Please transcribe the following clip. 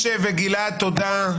משה וגלעד, תודה.